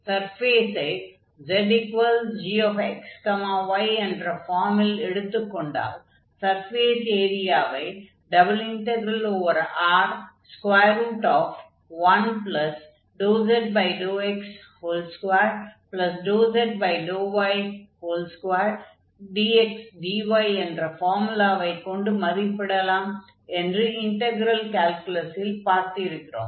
சர்ஃபேஸை zgxy என்ற ஃபார்மில் எடுத்துக் கொண்டால் சர்ஃபேஸ் ஏரியாவை ∬R1∂z∂x2∂z∂y2dxdy என்ற ஃபார்முலா கொண்டு மதிப்பிடலாம் என்று இன்டக்ரெல் கால்குலஸில் பார்த்திருக்கிறோம்